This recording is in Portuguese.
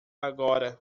agora